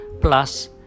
plus